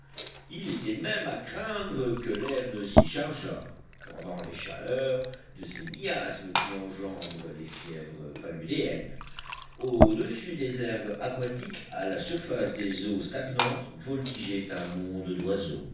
il était même à craindre que l'air ne s'y chargeât pendant les chaleurs de ces miasmes qui engendrent les fièvres paludéennes au-dessus des herbes aquatiques à la surface des eaux stagnantes voltigeait un monde d'oiseaux